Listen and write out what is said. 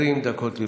20 דקות לרשותך.